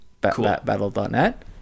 Battle.net